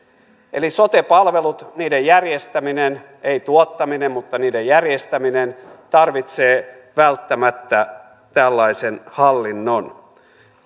eli sote palvelut niiden järjestäminen ei tuottaminen mutta niiden järjestäminen tarvitsee välttämättä tällaisen hallinnon